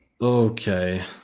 Okay